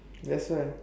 that's why